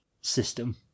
system